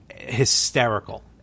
Hysterical